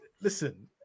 Listen